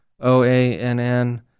OANN